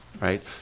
Right